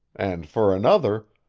and for another,